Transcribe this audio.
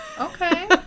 Okay